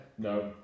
No